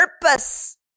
purpose